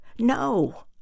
No